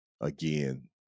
again